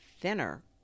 thinner